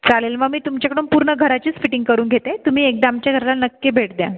चालेल मग मी तुमच्याकडून पूर्ण घराचीच फिटिंग करून घेते तुम्ही एकदा आमच्या घराला नक्की भेट द्या